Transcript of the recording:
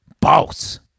Boss